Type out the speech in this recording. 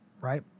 Right